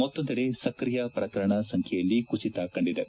ಮತ್ತೊಂದೆಡೆ ಸಕ್ರಿಯ ಪ್ರಕರಣಗಳ ಸಂಖ್ಯೆಯಲ್ಲಿ ಕುಸಿತ ಕಂಡಿದೆ